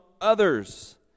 others